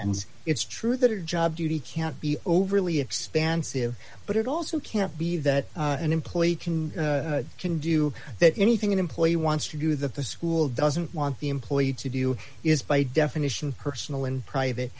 sense it's true that her job duty can't be overly expansive but it also can't be that an employee can can do that anything an employee wants to do that the school doesn't want the employee to do is by definition personal and private